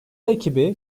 ekibi